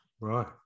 Right